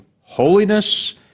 holiness